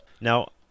Now